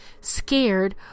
scared